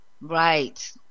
Right